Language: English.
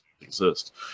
exist